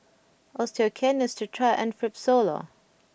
Osteocare Neostrata and Fibrosol